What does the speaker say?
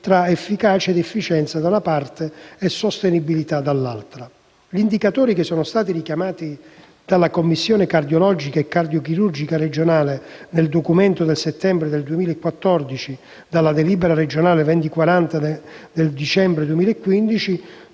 fra efficacia ed efficienza da una parte e sostenibilità dall'altra. Gli indicatori che sono stati richiamati dalla Commissione cardiologica e cardiochirurgica regionale nel documento del settembre 2014, dalla delibera regionale 2040 del dicembre 2015,